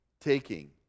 taking